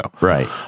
Right